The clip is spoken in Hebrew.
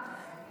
חבר הכנסת מולא.